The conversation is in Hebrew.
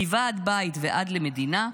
מוועד בית ועד למדינה,